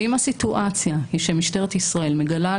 ואם הסיטואציה היא שמשטרת ישראל מגלה,